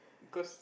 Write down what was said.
cause